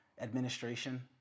Administration